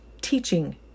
teaching